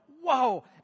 whoa